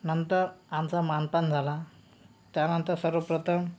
नंतर आमचा मानपान झाला त्यानंतर सर्वप्रथम